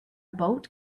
boat